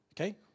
okay